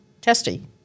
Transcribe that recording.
testy